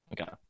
Okay